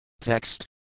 Text